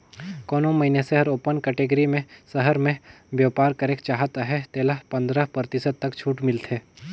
कोनो मइनसे हर ओपन कटेगरी में सहर में बयपार करेक चाहत अहे तेला पंदरा परतिसत तक छूट मिलथे